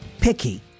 picky